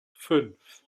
fünf